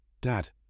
Dad